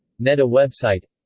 neda website